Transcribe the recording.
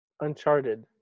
Uncharted